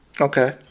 okay